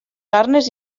arnes